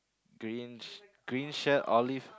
green green shirt olive